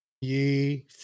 Ye